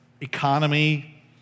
economy